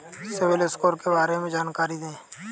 CIBIL score के बारे में जानकारी दें?